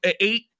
eight